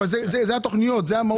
בסדר, זה התכניות, זו המהות של התכניות.